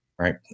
right